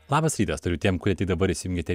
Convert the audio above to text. labas rytas tariu tiem kurie tik dabar įsijungėte